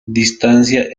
distancia